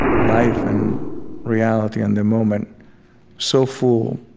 life and reality and the moment so full,